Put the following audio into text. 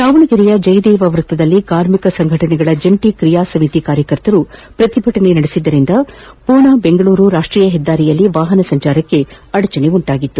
ದಾವಣಗೆರೆಯ ಜಯದೇವ ವೃತ್ತದಲ್ಲಿ ಕಾರ್ಮಿಕ ಸಂಘಟನೆಗಳ ಜಂಟಿ ಕ್ರಿಯಾ ಸಮಿತಿ ಕಾರ್ಯಕರ್ತರು ಪ್ರತಿಭಟನೆ ನಡೆಸಿದರಿಂದ ಪೂನಾ ಬೆಂಗಳೂರು ರಾಷ್ಟೀಯ ಹೆದ್ದಾರಿಯಲ್ಲಿ ವಾಹನ ಸಂಚಾರಕ್ಕೆ ಅಡಚಣೆ ಉಂಟಾಗಿತ್ತು